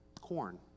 Corn